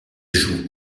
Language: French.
jouent